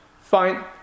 Fine